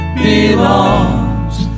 belongs